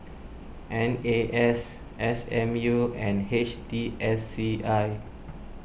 N A S S M U and H T S C I